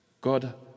God